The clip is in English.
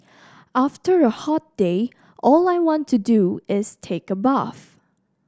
after a hot day all I want to do is take a bath